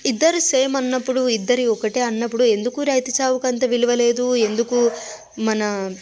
ఇద్దరూ సేమ్ అన్నప్పుడు ఇద్దరూ ఒకటే అన్నప్పుడు ఎందుకు రైతు చావుకి అంత విలువ లేదు ఎందుకు మన